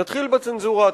נתחיל בצנזורה התרבותית.